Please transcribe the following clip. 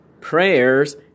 prayers